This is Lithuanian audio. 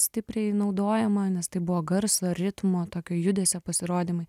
stipriai naudojama nes tai buvo garso ritmo tokio judesio pasirodymai